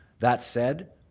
that said,